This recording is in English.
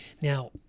Now